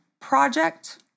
project